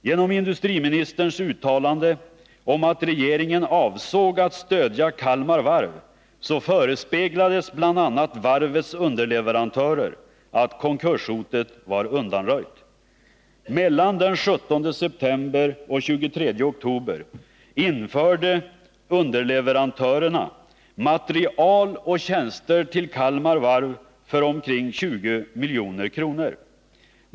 Genom industriministerns uttalande om att regeringen avsåg att Mellan den 17 september och den 23 oktober levererade underleverantörerna material och utförde tjänster till Kalmar Varv för omkring 20 milj.kr.